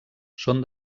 són